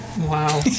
Wow